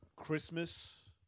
Christmas